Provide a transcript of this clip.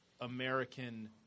American